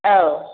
औ